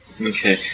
Okay